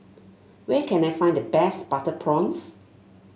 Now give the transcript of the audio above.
where can I find the best Butter Prawns